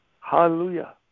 Hallelujah